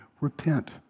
repent